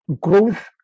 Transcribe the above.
growth